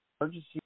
emergency